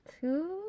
Two